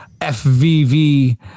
FVV